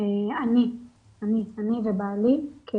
אני ובעלי,